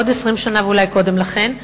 בעוד 20 שנה ואולי קודם לכן,